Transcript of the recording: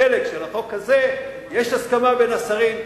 בחלק של החוק הזה יש הסכמה בין השרים,